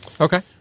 Okay